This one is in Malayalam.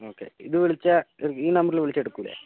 ഓക്കെ ഇത് വിളിച്ചാൽ ഈ നമ്പറില് വിളിച്ചാൽ എടുക്കുകയില്ലേ